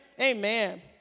Amen